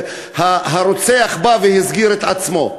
הרוצח בא והסגיר את עצמו.